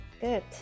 Good